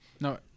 No